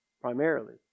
Primarily